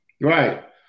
Right